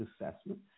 assessment